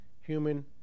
human